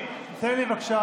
אם כך,